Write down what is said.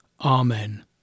Amen